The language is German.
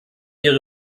ihre